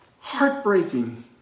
heartbreaking